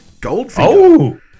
Goldfinger